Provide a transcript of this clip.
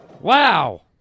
Wow